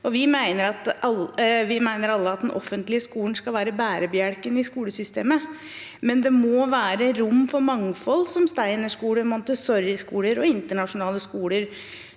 Vi mener alle at den offentlige skolen skal være bærebjelken i skolesystemet, men det må være rom for mangfold, som Steinerskoler, Montessoriskoler og internasjonale skoler.